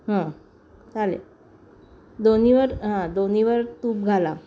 हां चालेल दोन्हीवर हां दोन्हीवर तूप घाला